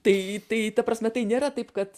tai tai ta prasme tai nėra taip kad